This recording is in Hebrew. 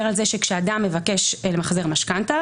שכשאדם מבקש למחזר משכנתה,